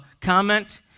comment